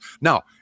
Now